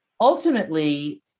ultimately